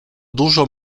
dużo